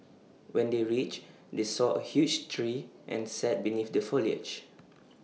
when they reached they saw A huge tree and sat beneath the foliage